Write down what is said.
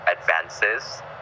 advances